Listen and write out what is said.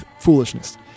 foolishness